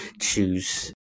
choose